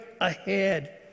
ahead